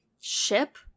ship